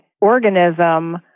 organism